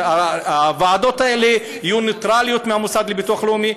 שהוועדות האלה יהיו נייטרליות מהמוסד לביטוח לאומי,